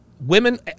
Women